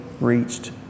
reached